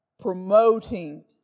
promoting